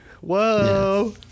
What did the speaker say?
whoa